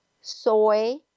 soy